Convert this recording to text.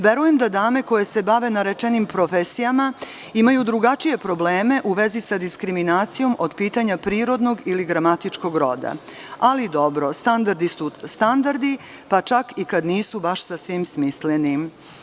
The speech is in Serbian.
Verujem da dame koje se bave navedenim profesijama imaju drugačije probleme u vezi sa diskriminacijom od pitanja prirodnog ili gramatičkog roda, ali, dobro, standardi su standardi, pa čak i kad nisu baš sasvim smisleni.